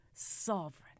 sovereign